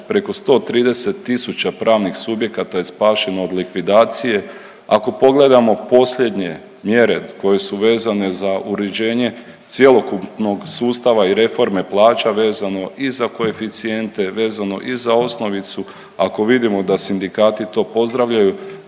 preko 130 tisuća pravnih subjekata je spašeno od likvidacije. Ako pogledamo posljednje mjere koje su vezane za uređenje cjelokupnog sustava i reforme plaća vezano i za koeficijente, vezano i za osnovicu, ako vidim da sindikati to pozdravljaju